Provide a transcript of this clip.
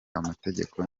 amategeko